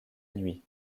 nuit